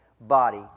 body